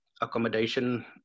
accommodation